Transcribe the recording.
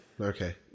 Okay